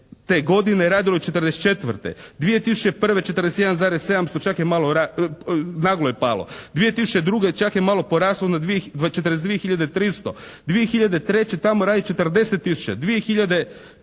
godine radilo je 44, 2001. 41,700 čak je malo, naglo je palo. 2002. čak je malo poraslo na 42 hiljade 300. 2003. tamo radi 40